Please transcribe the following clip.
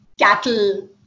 cattle